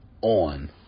on